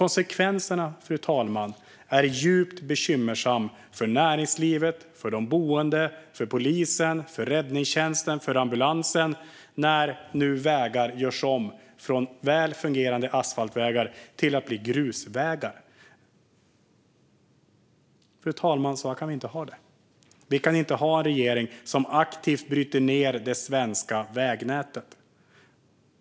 Konsekvenserna är djupt bekymmersamma för näringslivet, för de boende, för polisen, räddningstjänsten och ambulansen när vägar görs om från väl fungerande asfaltvägar till att bli grusvägar. Fru talman! Så kan vi inte ha det. Vi kan inte ha en regering som aktivt bryter ned det svenska vägnätet.